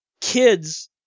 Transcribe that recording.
kids